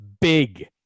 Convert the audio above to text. BIG